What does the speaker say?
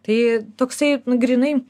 tai toksai grynai